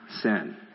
sin